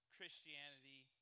Christianity